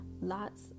lots